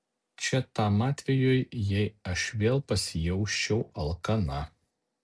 čia tam atvejui jei aš vėl pasijausčiau alkana